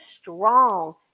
strong